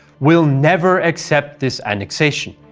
will never accept this annexation.